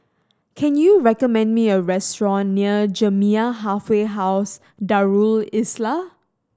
can you recommend me a restaurant near Jamiyah Halfway House Darul Islah